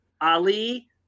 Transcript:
Ali